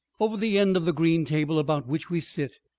over the end of the green table about which we sit,